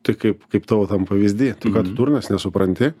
tai kaip kaip tavo tam pavyzdy tu ką tu durnas nesupranti